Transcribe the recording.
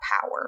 power